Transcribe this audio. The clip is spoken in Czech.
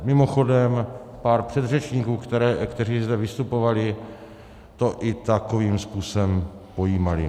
Mimochodem, pár předřečníků, kteří zde vystupovali, to i takovým způsobem pojímalo.